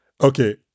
okay